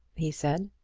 he said.